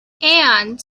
and